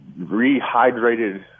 rehydrated